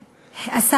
אה, אמרת.